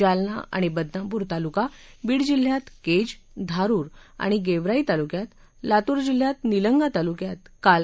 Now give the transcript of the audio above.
जालना आणि बदनापूर तालुका बीड जिल्ह्यात केज धारूर आणि गेवराई तालुक्यांत लातूर जिल्ह्यात निलंगा तालुक्यात काल जोरदार पाऊस झाला